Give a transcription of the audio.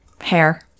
hair